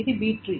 ఇది B tree